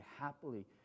happily